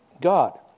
God